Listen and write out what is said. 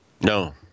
No